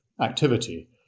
activity